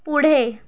पुढे